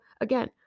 again